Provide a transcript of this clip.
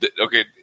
okay